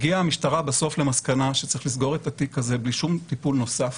הגיעה המשטרה בסוף למסקנה שצריך לסגור את התיק הזה בלי שום טיפול נוסף